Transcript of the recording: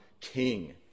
king